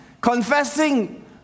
confessing